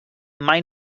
mai